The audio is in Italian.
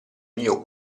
mio